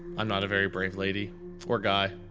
i'm not a very brave lady or guy.